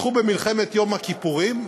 פתחו במלחמת יום הכיפורים,